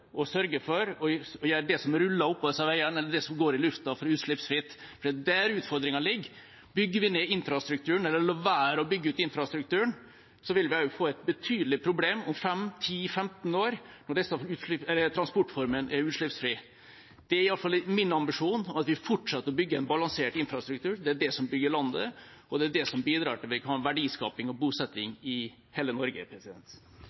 å sørge for å gjøre det som ruller oppå disse veiene, eller som flyr i lufta, utslippsfritt. For det er der utfordringen ligger. Bygger vi ned infrastrukturen, eller lar være å bygge ut infrastrukturen, vil vi også få et betydelig problem om 5, 10 eller 15 år, når disse transportformene er utslippsfrie. Det er i alle fall min ambisjon at vi fortsetter å bygge en balansert infrastruktur. Det er det som bygger landet, og det er det som bidrar til at vi kan ha verdiskaping og